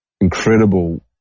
incredible